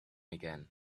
again